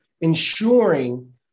ensuring